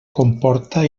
comporta